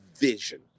vision